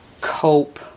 cope